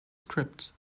script